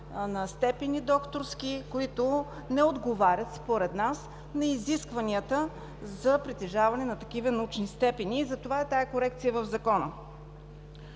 степени, които не отговарят според нас на изискванията за притежаване на такива научни степени. Затова е тази корекция в Закона.